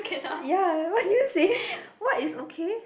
ya what did you say what is okay